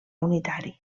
unitari